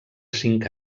cinc